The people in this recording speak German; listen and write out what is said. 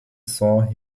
saint